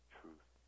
truth